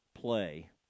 play